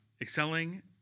excelling